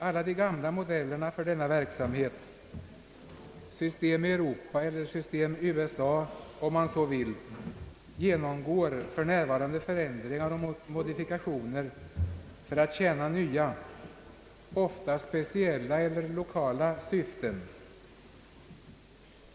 Alla de gamla modellerna för denna verksamhet — system Europa och system USA om man så vill — genomgår för närvarande förändringar och modifikationer för att tjäna nya, ofta speciella eller lokala syften.